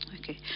Okay